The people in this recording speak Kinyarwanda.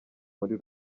muri